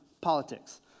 politics